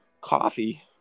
coffee